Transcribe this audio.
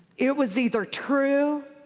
it was either true,